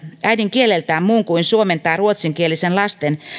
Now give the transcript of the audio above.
äidinkieleltään muun kuin suomen tai ruotsinkielisen lapsen